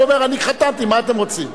הוא אומר: אני חתמתי, מה אתם רוצים?